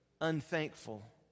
unthankful